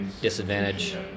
disadvantage